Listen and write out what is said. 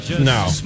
No